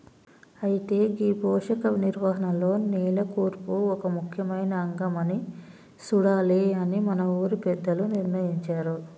అయితే గీ పోషక నిర్వహణలో నేల కూర్పు ఒక ముఖ్యమైన అంగం అని సూడాలి అని మన ఊరి పెద్దలు నిర్ణయించారు